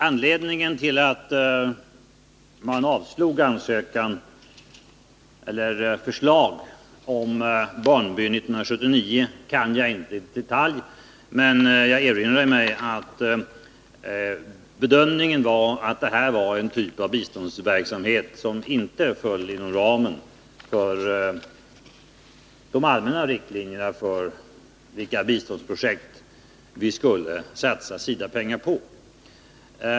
Anledningen till att man år 1979 avslog förslag om en barnby känner jag inte till i detalj, men jag erinrar mig att bedömningen var den att det här gällde en typ av biståndsverksamhet som inte överensstämmer med de allmänna riktlinjerna för de biståndsprojekt som vi skall satsa SIDA pengar på.